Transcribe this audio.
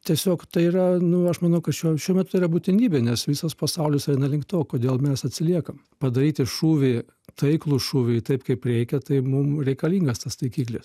tiesiog tai yra nu aš manau kad šiuo šiuo metu yra būtinybė nes visas pasaulis eina link to kodėl mes atsiliekam padaryti šūvį taiklų šūvį taip kaip reikia tai mum reikalingas tas taikiklis